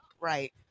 Right